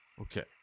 okay